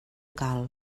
cal